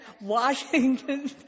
Washington